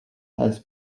has